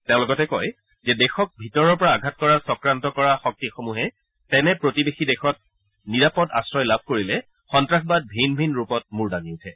তেওঁ লগতে কয় যে দেশক ভিতৰৰ পৰা আঘাত কৰাৰ চক্ৰান্ত কৰা শক্তিসমূহে তেনে প্ৰতিবেশী দেশক নিৰাপদ আশ্ৰয় লাভ কৰিলে সন্ত্ৰাসবাদ ভিন ভিন মূৰ দাঙি উঠে